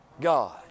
God